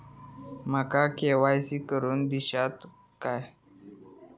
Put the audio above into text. माका के.वाय.सी करून दिश्यात काय?